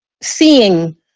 seeing